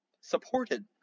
supported